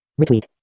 Retweet